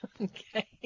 Okay